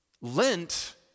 Lent